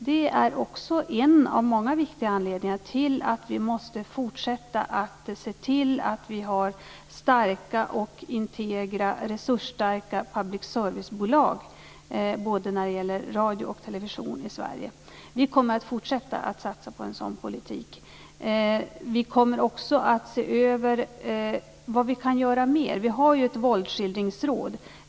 Det är en av många viktiga anledningar till att vi måste fortsätta se till att vi har resursstarka och integra public service-bolag både när det gäller radio och television i Sverige. Vi kommer att fortsatta satsa på en sådan politik. Vi kommer också att se över vad vi kan göra mer. Vi har ju ett våldsskildringsråd.